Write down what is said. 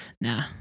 Nah